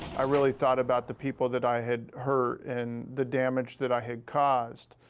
i really thought about the people that i had hurt and the damage that i had caused.